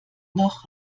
noch